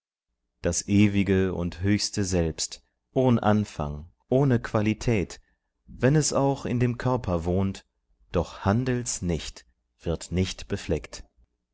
dies ewige und höchste selbst ohn anfang ohne qualität wenn es auch in dem körper wohnt doch handelt's nicht wird nicht befleckt